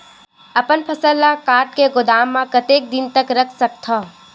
अपन फसल ल काट के गोदाम म कतेक दिन तक रख सकथव?